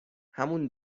همون